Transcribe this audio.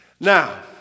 Now